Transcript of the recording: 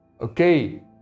okay